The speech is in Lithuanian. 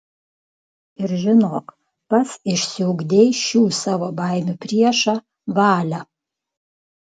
ir žinok pats išsiugdei šių savo baimių priešą valią